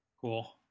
cool